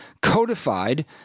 codified